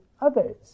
others